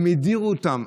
הם הדירו אותם.